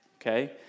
okay